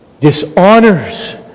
dishonors